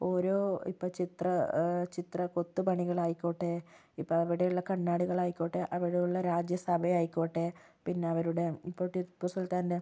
ഓരോ ഇപ്പം ചിത്ര ചിത്ര കൊത്ത് പണികളായിക്കോട്ടേ ഇപ്പം അവിടെയുള്ള കണ്ണാടികളായിക്കോട്ടേ അവിടെയുള്ള രാജ്യസഭയായിക്കോട്ടേ പിന്നവരുടെ ഇപ്പോൾ ടിപ്പു സുൽത്താൻ്റെ